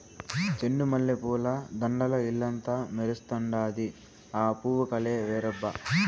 చెండు మల్లె పూల దండల్ల ఇల్లంతా మెరుస్తండాది, ఆ పూవు కలే వేరబ్బా